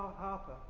Harper